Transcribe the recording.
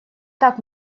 так